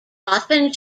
often